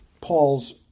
Paul's